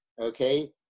okay